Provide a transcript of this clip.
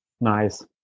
Nice